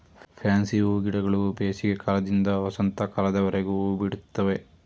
fancy ಹೂಗಿಡಗಳು ಬೇಸಿಗೆ ಕಾಲದಿಂದ ವಸಂತ ಕಾಲದವರೆಗೆ ಹೂಬಿಡುತ್ತವೆ